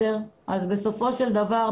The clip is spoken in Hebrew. בסופו של דבר,